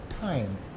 time